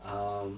um